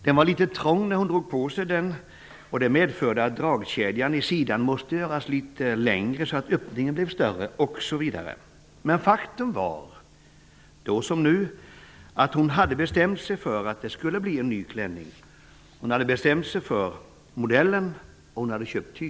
Den är litet trång när hon drar på sig den, vilket medför att dragkedjan i sidan måste göras litet längre så att öppningen blir större osv. Faktum är att hon har bestämt sig för att det skall bli en klänning. Hon har bestämt sig för modellen, och hon har köpt tyget.